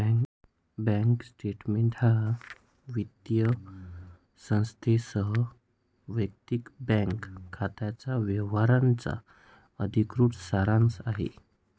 bank statement हा वित्तीय संस्थेसह वैयक्तिक बँक खात्याच्या व्यवहारांचा अधिकृत सारांश आहे